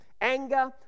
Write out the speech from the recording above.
anger